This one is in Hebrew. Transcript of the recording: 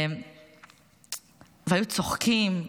היו צוחקים,